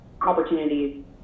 opportunities